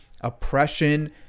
oppression